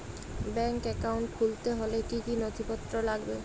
Bank account খুলতে হলে কি কি নথিপত্র লাগবে?